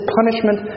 punishment